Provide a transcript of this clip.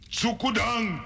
sukudang